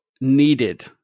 needed